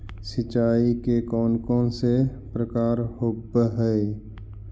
सिंचाई के कौन कौन से प्रकार होब्है?